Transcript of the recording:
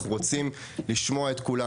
אנחנו רוצים לשמוע את כולם.